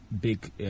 big